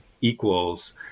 equals